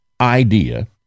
idea